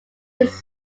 his